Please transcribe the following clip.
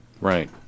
Right